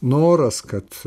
noras kad